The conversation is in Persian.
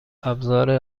ابزار